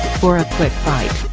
for a quick bite,